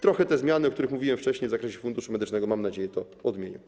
Te zmiany, o których mówiłem wcześniej, w zakresie Funduszu Medycznego, mam nadzieję, trochę to odmienią.